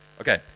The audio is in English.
Okay